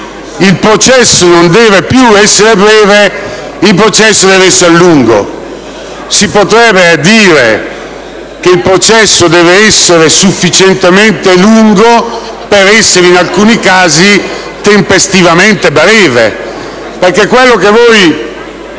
il processo non deve più essere breve, ma lungo. Si potrebbe dire che il processo deve essere sufficientemente lungo per essere in alcuni casi tempestivamente breve. Quello che voi